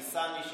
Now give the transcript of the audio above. ניסני,